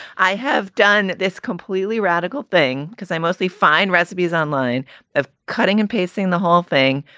i have done this completely radical thing because i mostly find recipes online of cutting and pasting the whole thing.